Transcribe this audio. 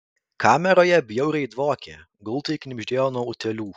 kameroje bjauriai dvokė gultai knibždėjo nuo utėlių